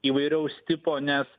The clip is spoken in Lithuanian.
įvairiaus tipo nes